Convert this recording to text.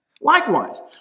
Likewise